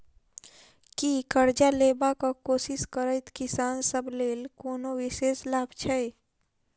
की करजा लेबाक कोशिश करैत किसान सब लेल कोनो विशेष लाभ छै?